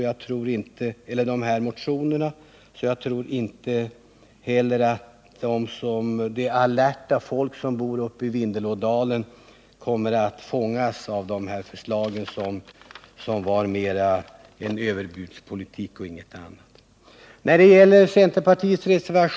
Jag tror också att det alerta folk som bor uppe i Vindelådalen kommer att förstå att det rör sig om överbudspolitik och skapande åtgärder ingenting annat.